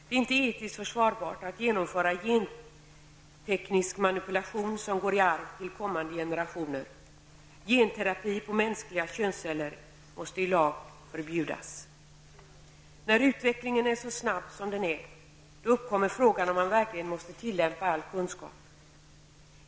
Det är inte etiskt försvarbart att genomföra genteknisk manipulation som går i arv till kommande generationer. Genterapi på mänskliga könsceller måste i lag förbjudas. När utvecklingen är så snabb som den är uppkommer frågan om man verkligen måste tillämpa all kunskap.